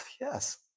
Yes